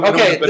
Okay